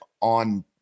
on